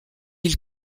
ils